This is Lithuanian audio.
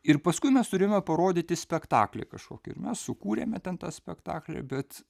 ir paskui mes turėjome parodyti spektaklį kažkokį ir mes sukūrėme ten tą spektaklį bet